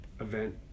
Event